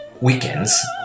weekends